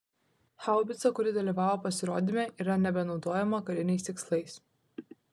haubica kuri dalyvavo pasirodyme yra nebenaudojama kariniais tikslais